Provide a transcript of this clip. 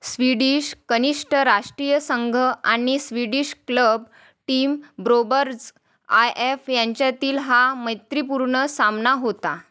Swedish कनिष्ठ राष्ट्रीय संघ आणि Swedish club team Broberg I F यांच्यातील हा मैत्रिपूर्ण सामना होता